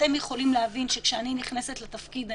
אתם יכולים להבין שכאשר אני נכנסת לתפקיד,